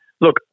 look